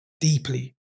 deeply